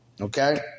Okay